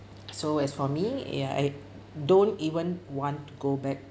so as for me ya I don't even want to go back